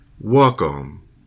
Welcome